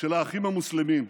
של האחים המוסלמים,